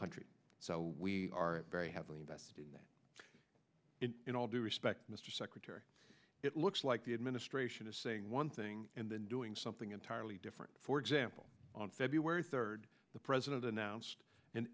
country so we are very heavily invested in that in all due respect mr secretary it looks like the administration is saying one thing and then doing something entirely different for example on february third the president announced an